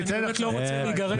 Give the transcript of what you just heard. אני לא רוצה להיגרר לוויכוח.